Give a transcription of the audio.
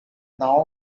now